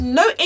no